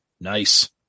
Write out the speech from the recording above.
Nice